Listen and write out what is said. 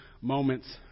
moments